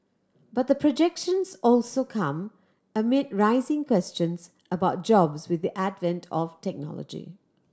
but the projections also come amid rising questions about jobs with the advent of technology